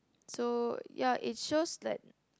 so ya it shows like